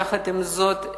יחד עם זאת,